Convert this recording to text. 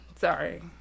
sorry